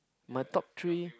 my top three